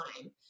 time